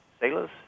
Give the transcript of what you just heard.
sailors